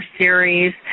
series